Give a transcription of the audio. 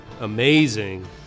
amazing